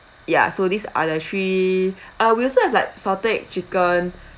ya so these are the three uh we also have like salted egg chicken